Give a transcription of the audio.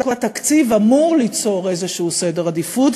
כל התקציב אמור ליצור איזשהו סדר עדיפויות.